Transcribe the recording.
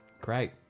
great